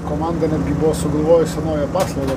komanda netgi buvo sugalvojusi naują paslaugą